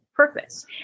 purpose